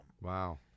Wow